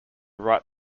write